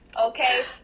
okay